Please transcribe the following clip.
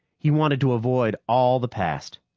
he wanted to avoid all the past.